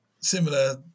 similar